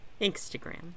Instagram